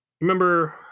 Remember